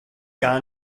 gar